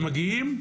הם מגיעים,